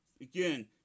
Again